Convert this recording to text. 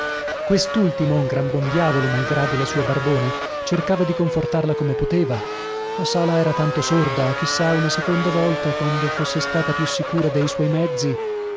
questultimo un gran buon diavolo malgrado la sua barbona cercava di confortarla come poteva la sala era tanto sorda chissà una seconda volta quando fosse stata più sicura dei suoi mezzi